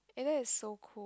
eh that is so cool